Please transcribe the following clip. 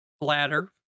Bladder